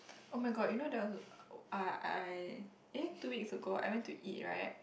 oh-my-god you know there was uh I eh two weeks ago I went to eat right